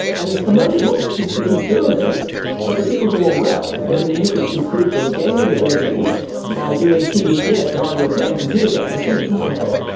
and it's promoted not just for treating illness but for people who are well, that you know you could improve your gaming ability by doing tdcs while you are playing computer games, for example.